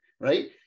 right